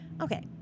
Okay